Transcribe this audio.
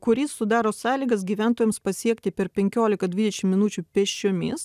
kuris sudaro sąlygas gyventojams pasiekti per penkiolika dvidešim minučių pėsčiomis